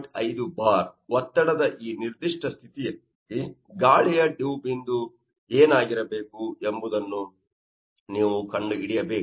5 bar ಒತ್ತಡದ ಈ ನಿರ್ದಿಷ್ಟ ಸ್ಥಿತಿಯಲ್ಲಿ ಗಾಳಿಯ ಡಿವ್ ಬಿಂದು ಏನಾಗಿರಬೇಕು ಎಂಬುದನ್ನು ನೀವು ಕಂಡುಹಿಡಿಯಬೇಕು